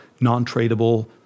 non-tradable